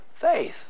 faith